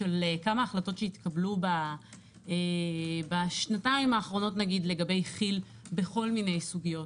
של כמה החלטת שהתקבלו בשנתיים האחרונות לגבי כי"ל בכל מיני סוגיות.